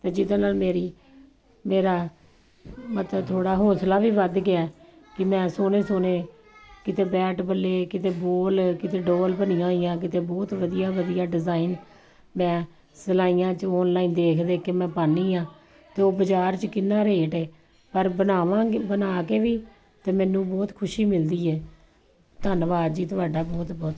ਅਤੇ ਜਿਹਦੇ ਨਾਲ ਮੇਰੀ ਮੇਰਾ ਮਤਲਬ ਥੋੜ੍ਹਾ ਹੌਂਸਲਾ ਵੀ ਵੱਧ ਗਿਆ ਕਿ ਮੈਂ ਸੋਹਣੇ ਸੋਹਣੇ ਕਿਤੇ ਬੈਟ ਬੱਲੇ ਕਿਤੇ ਬੋਲ ਕਿਤੇ ਡੋਲ ਬਣੀਆਂ ਹੋਈਆਂ ਕਿਤੇ ਬਹੁਤ ਵਧੀਆ ਵਧੀਆ ਡਿਜ਼ਾਇਨ ਮੈਂ ਸਿਲਾਈਆਂ 'ਚ ਆਨਲਾਈਨ ਦੇਖ ਦੇਖ ਕੇ ਮੈਂ ਪਾਨੀ ਹਾਂ ਅਤੇ ਉਹ ਬਾਜ਼ਾਰ 'ਚ ਕਿੰਨਾ ਰੇਟ ਹੈ ਪਰ ਬਣਾਵਾਂਗੇ ਬਣਾ ਕੇ ਵੀ ਅਤੇ ਮੈਨੂੰ ਬਹੁਤ ਖੁਸ਼ੀ ਮਿਲਦੀ ਹੈ ਧੰਨਵਾਦ ਜੀ ਤੁਹਾਡਾ ਬਹੁਤ ਬਹੁਤ